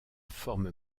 forme